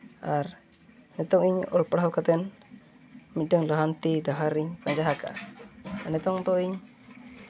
ᱟᱨ ᱱᱤᱛᱚᱝ ᱦᱚᱸ ᱚᱞ ᱯᱟᱲᱦᱟᱣ ᱠᱟᱛᱮ ᱢᱤᱫᱴᱮᱱ ᱞᱟᱦᱟᱱᱛᱤ ᱰᱟᱦᱟᱨ ᱤᱧ ᱯᱟᱸᱡᱟ ᱟᱠᱟᱫᱼᱟ ᱱᱤᱛᱚᱝ ᱫᱚ ᱤᱧ